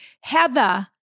Heather